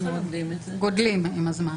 אנחנו גדלים עם הזמן.